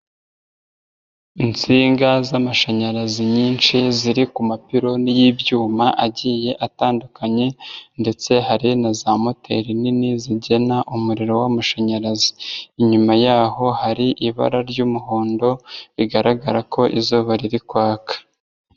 Insinga z'amashanyarazi nyinshi ziri ku mapironi y'ibyuma agiye atandukanye ndetse hari na za moteri nini zigena umuriro w'amashanyarazi, inyuma yaho hari ibara ry'umuhondo bigaragara ko izuba riri kwaka.